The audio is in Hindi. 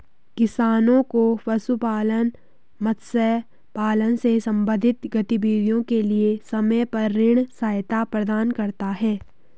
किसानों को पशुपालन, मत्स्य पालन से संबंधित गतिविधियों के लिए समय पर ऋण सहायता प्रदान करता है